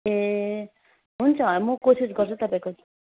ए हुन्छ म कोसिस गर्छु तपाईँको